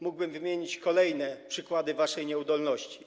Mógłbym wymienić kolejne przykłady waszej nieudolności.